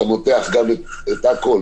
אתה מותח גם את הכול,